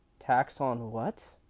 tax on what?